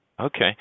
Okay